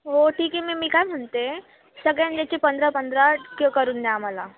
हो ठीक आहे मी मी काय म्हणते सगळ्यांची पंधरा पंधरा क करून द्या आम्हाला